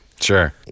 Sure